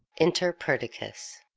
enter perdicas.